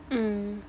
mm